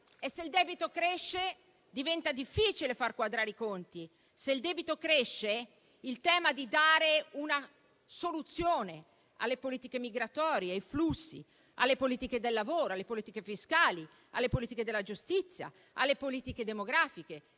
E se il debito cresce, diventa difficile far quadrare i conti. Se il debito cresce, dare una soluzione alle politiche migratorie, ai flussi, alle politiche del lavoro, alle politiche fiscali, alle politiche della giustizia, alle politiche demografiche,